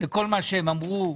לכל מה שהם אמרו.